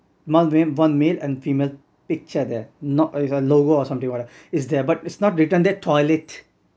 one male one male and female picture there not it's a lower or something whatever it's there but it's not written there toilet